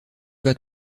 vas